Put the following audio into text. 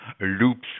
loops